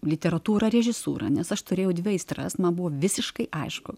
literatūrą režisūrą nes aš turėjau dvi aistras man buvo visiškai aišku